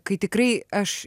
kai tikrai aš